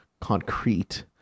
concrete